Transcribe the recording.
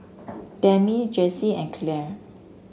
Demi Jessye and Clare